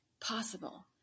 possible